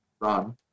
run